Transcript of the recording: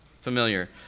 familiar